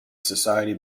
society